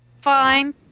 Fine